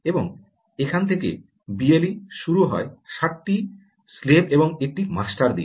এবং এখান থেকেই বিএলই শুরু হয় 7 টি স্লেভ এবং একটি মাস্টার দিয়ে